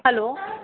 hello